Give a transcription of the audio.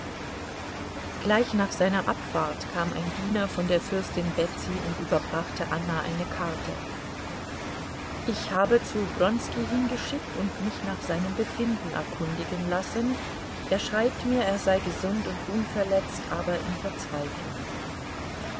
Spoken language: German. gleich nach seiner abfahrt kam ein diener von der fürstin betsy und überbrachte anna eine karte ich habe zu wronski hingeschickt und mich nach seinem befinden erkundigen lassen er schreibt mir er sei gesund und unverletzt aber in verzweiflung